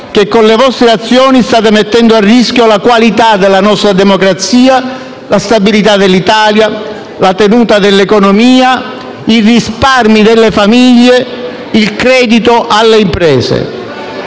che, con le vostre azioni, state mettendo a rischio la qualità della nostra democrazia, la stabilità dell'Italia, la tenuta dell'economia, i risparmi delle famiglie, il credito alle imprese.